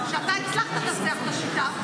שאתה הצלחת לפצח את השיטה,